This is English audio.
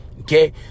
okay